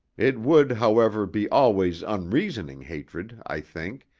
it would, however, be always unreasoning hatred, i think,